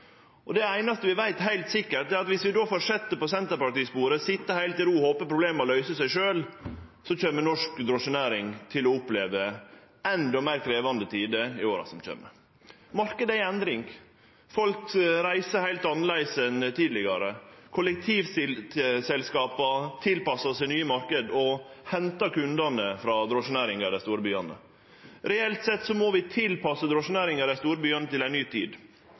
Det einaste vi veit heilt sikkert, er at om vi då fortset på Senterparti-sporet, å sitje heilt i ro og håpe at problema løyser seg sjølve, kjem norsk drosjenæring til å oppleve endå meir krevjande tider i åra som kjem. Marknaden er i endring. Folk reiser heilt annleis enn tidlegare. Kollektivselskapa tilpassar seg nye marknader og hentar kundane frå drosjenæringa i dei store byane. Reelt sett må vi tilpasse drosjenæringa i dei store byane til ei ny tid.